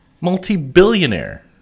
Multi-billionaire